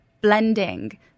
blending